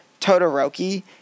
Todoroki